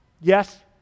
Yes